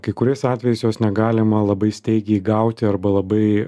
kai kuriais atvejais jos negalima labai staigiai gauti arba labai